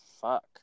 Fuck